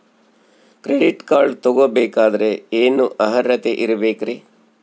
Credit card ತೊಗೋ ಬೇಕಾದರೆ ಏನು ಅರ್ಹತೆ ಇರಬೇಕ್ರಿ?